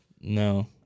No